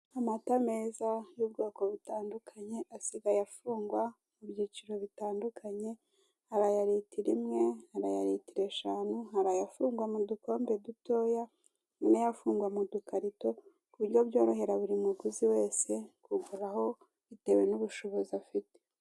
Amata meza y'ubwoko butandukanye, asigaye afungwa mu byiciro bitandukanye hari aya litiro imwe, hari aya litiro eshanu, hari afungwa mu dukombe dutoya hari n'ayafungwa mu dukarito ku buryo byorohera buri muguzi wese kuguraraho bitewe n'ubushobozi afite.